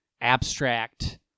abstract